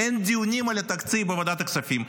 אין דיונים על התקציב בוועדת הכספים.